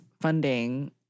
funding